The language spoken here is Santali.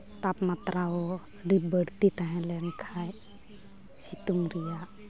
ᱛᱟᱯᱢᱟᱛᱨᱟ ᱦᱚᱸ ᱟᱹᱰᱤ ᱵᱟᱹᱲᱛᱤ ᱛᱟᱦᱮᱸ ᱞᱮᱱᱠᱷᱟᱡ ᱥᱤᱛᱩᱝ ᱨᱮᱭᱟᱜ